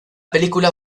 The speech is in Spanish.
película